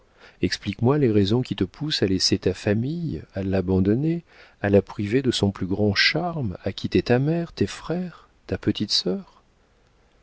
explique-moi les raisons qui te poussent à laisser ta famille à l'abandonner à la priver de son plus grand charme à quitter ta mère tes frères ta petite sœur